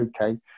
okay